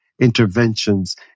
interventions